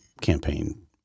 campaign